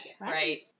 right